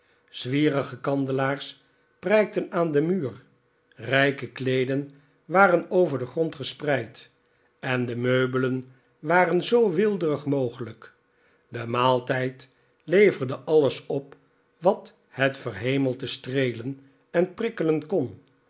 zwierige kandelaars prijkten aan den muur rijke kleeden waren over den grond gespreid en de meubelen jozep grimaldi waren zoo weelderig mogelijk de maaltijd leverde alles op wat het verhemelte streelen en prikkelen kon